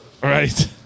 Right